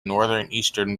northeastern